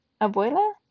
Abuela